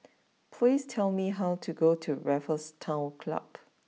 please tell me how to get to Raffles Town Club